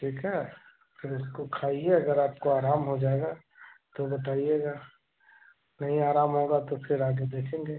ठीक है फिर उसको खाइए अगर आपको आराम हो जाएगा तो बताइएगा नहीं आराम होगा तो फिर आगे देखेंगे